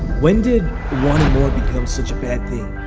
when did wanting more become such a bad thing?